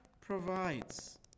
provides